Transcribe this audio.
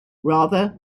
rather